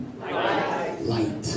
Light